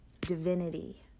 divinity